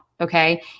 Okay